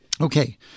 Okay